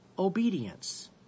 Obedience